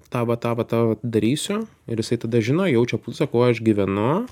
tą va tą va tą darysiu ir jisai tada žino jaučia pulsą kuo aš gyvenu